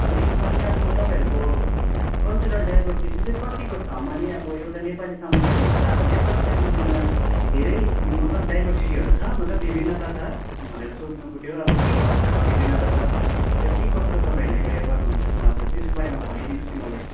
मिरिकमा चाहिँ अब तपाईँहरूको कल्चरल डाइभर्सिटी चाहिँ कतिको छ माने अब एउटा नेपाली समुदाय हुन्छ अबबो नेपाली समुदायमा धेरै मतलब डाइभर्सिटीहरू छ मतलब विभिन्नता छ भनेर सोध्नुको थियो अब के कस्तो छ विभिन्नता छ के कस्तो तपाईँहरले उयो गर्नुहुन्छ हजुर त्यसको बारेमा भनिदिनुहोस् नि मलाई